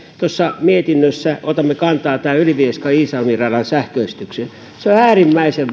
tuossa mietinnössä otamme kantaa tähän ylivieska iisalmi radan sähköistykseen se on äärimmäisen